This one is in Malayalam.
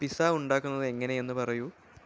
പിസ്സ ഉണ്ടാക്കുന്നത് എങ്ങനെയെന്ന് പറയൂ